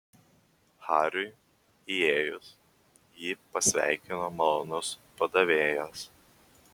hariui įėjus jį pasveikino malonus padavėjas